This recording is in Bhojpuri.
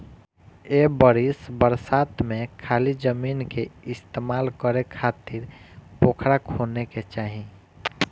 ए बरिस बरसात में खाली जमीन के इस्तेमाल करे खातिर पोखरा खोने के चाही